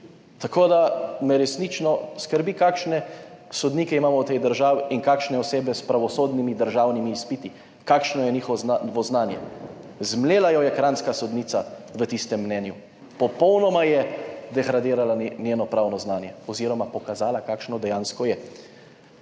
Tako da me resnično skrbi, kakšne sodnike imamo v tej državi in kakšne osebe s pravosodnimi državnimi izpiti, kakšno je njihovo znanje. Zmlela jo je kranjska sodnica v tistem mnenju, popolnoma je degradirala njeno pravno znanje oz. pokazala, kakšno dejansko je.